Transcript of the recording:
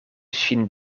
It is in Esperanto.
ŝin